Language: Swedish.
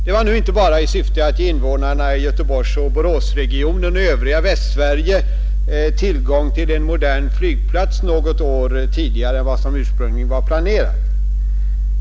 Det var nu inte bara i syfte att ge invånarna i Göteborgsoch Boråsregionen och övriga Västsverige tillgång till en modern flygplats något år tidigare än vad som ursprungligen var planerat.